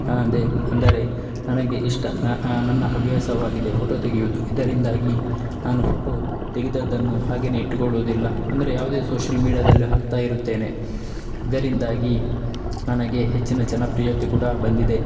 ನಾ ಅದೇ ಅಂದರೆ ನನಗೆ ಇಷ್ಟ ನನ್ನ ಹವ್ಯಾಸವಾಗಿದೆ ಫೊಟೊ ತೆಗೆಯುವುದು ಇದರಿಂದಾಗಿ ನಾನು ಫೊಟೊ ತೆಗೆದದ್ದನ್ನು ಹಾಗೆಯೇ ಇಟ್ಟುಕೊಳ್ಳುವುದಿಲ್ಲ ಅಂದರೆ ಯಾವುದೇ ಸೋಶ್ಯಲ್ ಮೀಡ್ಯಾದಲ್ಲಿ ಹಾಕ್ತಾ ಇರುತ್ತೇನೆ ಇದರಿಂದಾಗಿ ನನಗೆ ಹೆಚ್ಚಿನ ಜನಪ್ರಿಯತೆ ಕೂಡ ಬಂದಿದೆ